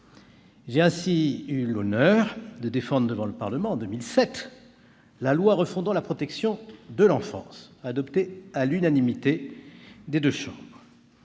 J'ai ainsi eu l'honneur de défendre devant le Parlement, en 2007, la loi refondant la protection de l'enfance, adoptée à l'unanimité des deux chambres.